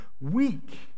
weak